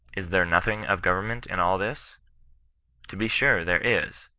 is there nothing of govern ment in all this to be sure there is,